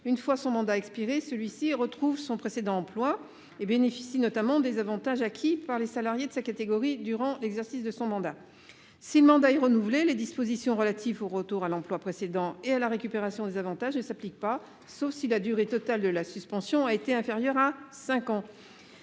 Une fois ce dernier achevé, il retrouve son précédent emploi et bénéficie notamment des avantages acquis par les salariés de sa catégorie durant l’exercice de son mandat. Si le mandat est renouvelé, les dispositions relatives au retour à l’emploi précédent et à la récupération des avantages ne s’appliquent pas, sauf si la durée totale de la suspension a été inférieure à cinq ans.